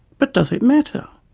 but does it matter?